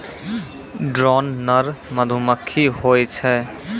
drone नर मधुमक्खी होय छै